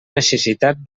necessitat